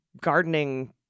gardening